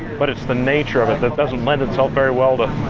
but it's the nature of it that doesn't lend itself very well to,